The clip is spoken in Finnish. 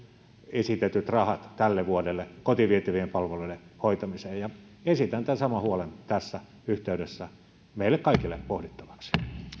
esitetyt rahat tälle vuodelle kotiin vietävien palveluiden hoitamiseen ja esitän tämän saman huolen tässä yhteydessä meille kaikille pohdittavaksi